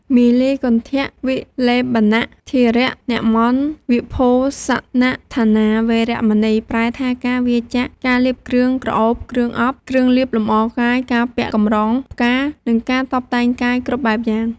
មាលាគន្ធវិលេបនធារណមណ្ឌនវិភូសនដ្ឋានា វេរមណី ប្រែថា ការវៀរចាកការលាបគ្រឿងក្រអូប គ្រឿងអប់ គ្រឿងលាបលម្អកាយ ការពាក់កម្រងផ្កា និងការតុបតែងកាយគ្រប់បែបយ៉ាង។